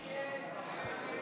הסתייגות 54 לא נתקבלה.